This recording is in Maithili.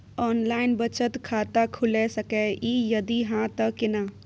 ऑनलाइन बचत खाता खुलै सकै इ, यदि हाँ त केना?